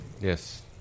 Yes